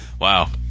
wow